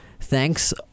Thanks